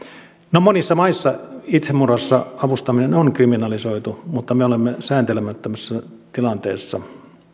monissa maissa itsemurhassa avustaminen on kriminalisoitu mutta me olemme sääntelemättömässä tilanteessa